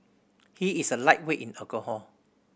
he is a lightweight in alcohol